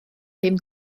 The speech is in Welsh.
ddim